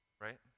right